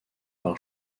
par